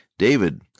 David